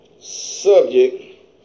subject